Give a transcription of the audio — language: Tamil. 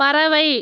பறவை